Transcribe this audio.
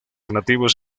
nativos